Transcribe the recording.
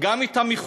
גם את המכונות,